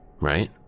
right